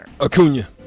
Acuna